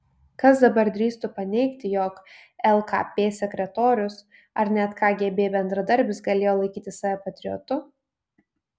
kas dabar drįstų paneigti jog lkp sekretorius ar net kgb bendradarbis galėjo laikyti save patriotu